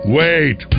wait